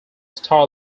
star